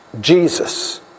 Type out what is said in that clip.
Jesus